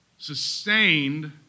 sustained